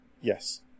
Yes